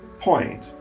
point